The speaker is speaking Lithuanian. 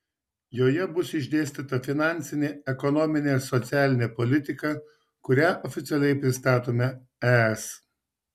joje bus išdėstyta finansinė ekonominė socialinė politika kurią oficialiai pristatome es